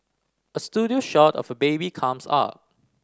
a studio shot of a baby comes up